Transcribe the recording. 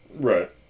Right